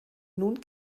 nun